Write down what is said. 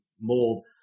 mold